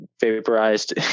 vaporized